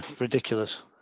Ridiculous